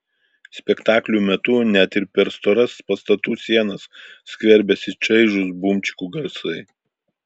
spektaklių metu net ir per storas pastatų sienas skverbiasi čaižūs bumčikų garsai